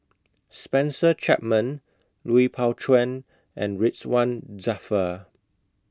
Spencer Chapman Lui Pao Chuen and Ridzwan Dzafir